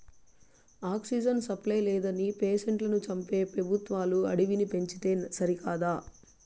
oxygen supply లేదని పేషెంట్లను చంపే పెబుత్వాలు అడవిని పెంచితే సరికదా